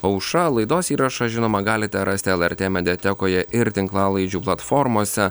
aušra laidos įrašą žinoma galite rasti lrt mediatekoje ir tinklalaidžių platformose